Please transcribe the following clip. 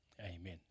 amen